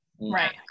Right